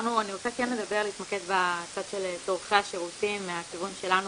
אני כן רוצה להתמקד בצד של צרכי השירותים מהכיוון שלנו,